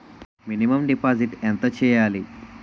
Minimum deposit ఎంత చెయ్యాలి?